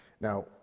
Now